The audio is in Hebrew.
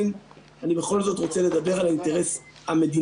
ועדיין, אני בכל זאת רוצה לדבר על אינטרס המדינתי.